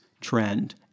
trend